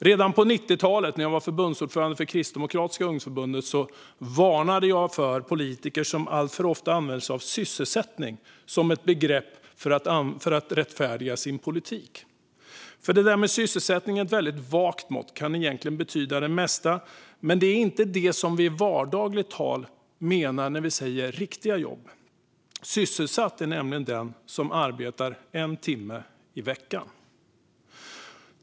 Redan på 90-talet när jag var förbundsordförande för Kristdemokratiska ungdomsförbundet varnade jag för politiker som alltför ofta använder sig av begreppet sysselsättning för att rättfärdiga sin politik. Sysselsättning är ett vagt begrepp som kan betyda det mesta och är inte det vi i vardagligt tal benämner riktiga jobb. Sysselsatt är nämligen den som arbetar en timme i veckan.